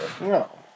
No